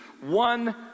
one